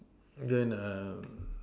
then err